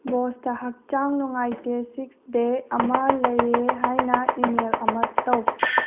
ꯕꯣꯁꯇ ꯍꯛꯆꯥꯡ ꯅꯨꯡꯉꯥꯏꯇꯦ ꯁꯤꯛꯁ ꯗꯦ ꯑꯃ ꯂꯩꯌꯦ ꯍꯥꯏꯅ ꯏꯃꯦꯜ ꯑꯃ ꯇꯧ